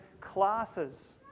classes